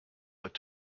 with